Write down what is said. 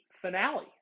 finale